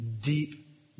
deep